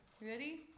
Ready